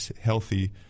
healthy